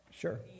Sure